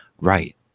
Right